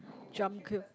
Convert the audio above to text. jump queue